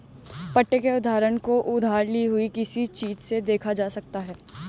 पट्टे के उदाहरण को उधार ली हुई किसी चीज़ से देखा जा सकता है